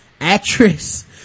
actress